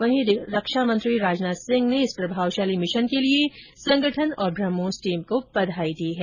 वहीं रक्षा मंत्री राजनाथ सिंह ने इस प्रभावशाली मिशन के लिए संगठन और ब्रह्मोस टीम को बधाई दी है